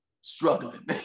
struggling